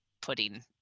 putting